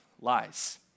lies